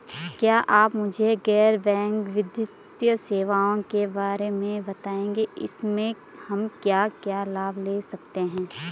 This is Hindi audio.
क्या आप मुझे गैर बैंक वित्तीय सेवाओं के बारे में बताएँगे इसमें हम क्या क्या लाभ ले सकते हैं?